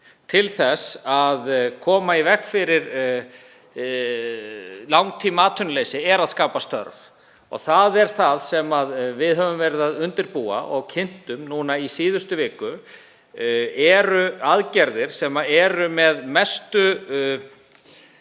til þess að koma í veg fyrir langtímaatvinnuleysi er að skapa störf og það er það sem við höfum verið að undirbúa. Við kynntum núna í síðustu viku stærstu hvataaðgerðir sem gripið hefur